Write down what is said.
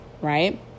right